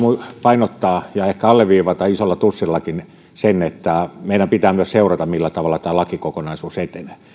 painottaa ja ehkä myös alleviivata isolla tussilla sen että meidän pitää myös seurata millä tavalla tämä lakikokonaisuus etenee